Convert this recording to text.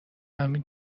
همین